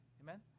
Amen